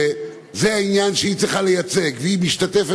שזה העניין שהיא צריכה לייצג והיא משתתפת